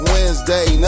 Wednesday